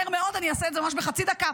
מהר מאוד, אני אעשה את זה ממש בחצי דקה.